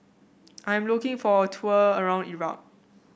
I'm looking for a tour around Iraq